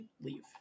leave